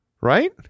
right